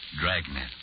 Dragnet